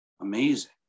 Amazing